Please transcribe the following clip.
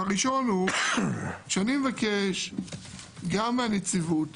הראשון, שאני מבקש מהנציבות